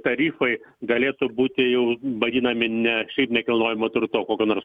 tarifai galėtų būti jau vadinami ne šiaip nekilnojamo turto kokio nors